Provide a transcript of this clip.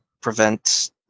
prevent